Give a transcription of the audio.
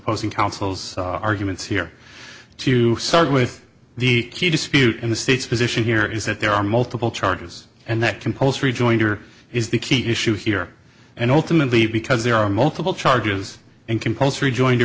in counsel's arguments here to start with the key dispute in the state's position here is that there are multiple charges and that compulsory jointer is the key issue here and ultimately because there are multiple charges and compulsory